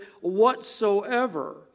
whatsoever